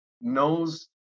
knows